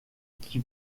qui